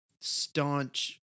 staunch